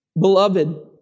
Beloved